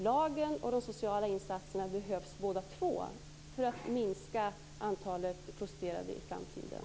Lagen och de sociala insatserna behövs båda två för att vi skall kunna minska antalet prostituerade i framtiden.